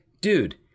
Dude